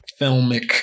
filmic